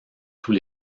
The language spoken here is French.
tous